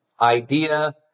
idea